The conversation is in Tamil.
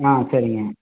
ஆ சரிங்க